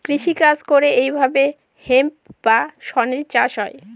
কৃষি কাজ করে এইভাবে হেম্প বা শনের চাষ হয়